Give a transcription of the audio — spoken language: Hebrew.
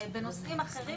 בנושאים אחרים,